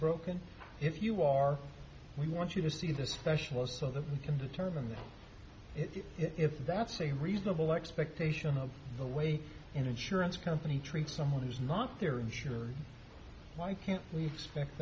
broken if you are we want you to see the specialist so that we can determine if that's a reasonable expectation of the way insurance company treats someone who's not their insurer why can't we expect